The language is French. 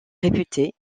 réputé